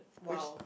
!wow!